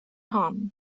hannen